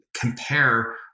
compare